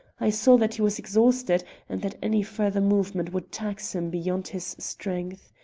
i saw that he was exhausted and that any further movement would tax him beyond his strength.